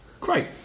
Great